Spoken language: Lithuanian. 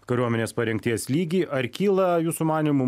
kariuomenės parengties lygį ar kyla jūsų manymu